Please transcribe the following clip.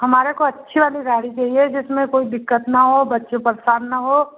हमारे को अच्छी वाली गाड़ी चाहिए जिसमें कोई दिक्कत न हो बच्चे परेशान न हो